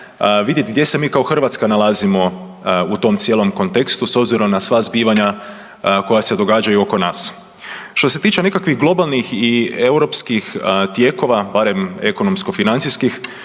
vidjet gdje se mi kao Hrvatska nalazimo u tom cijelom kontekstu s obzirom na sva zbivanja koja se događaju oko nas. Što se tiče nekakvih globalnih i europskih tijekova, barem ekonomsko-financijskih,